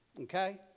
Okay